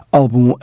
álbum